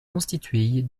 constituée